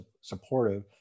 supportive